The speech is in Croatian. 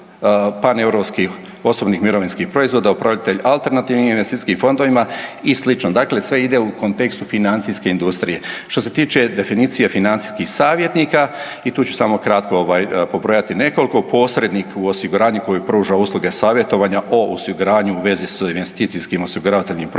paneuropskih osobnih mirovinskih proizvoda, upravitelj alternativnim investicijskim fondovima i sl. dakle sve ide u kontekstu financijske industrije. Što tiče definicije financijskih savjetnika i tu ću samo kratko pobrojati nekoliko, posrednik u osiguranju koji pruža usluga savjetovanja o osiguravanju u vezi s investicijskim osiguravateljnim proizvodima,